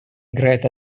играет